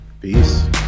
Peace